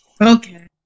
Okay